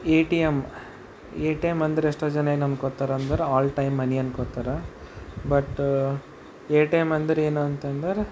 A T M A T M ಅಂದ್ರೆ ಎಷ್ಟೋ ಜನ ಏನು ಅಂದ್ಕೋತಾರೆ ಅಂದ್ರೆ ಆಲ್ ಟೈಮ್ ಮನಿ ಅಂದ್ಕೋತಾರೆ ಬಟ್ ಎ ಟಿ ಎಮ್ ಅಂದ್ರೆ ಏನು ಅಂತಂದ್ರೆ